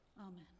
Amen